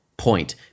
Point